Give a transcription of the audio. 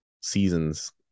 seasons